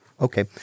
Okay